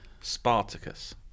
Spartacus